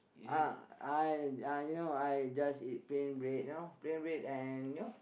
uh I I you know I just eat plain bread you know plain bread and you know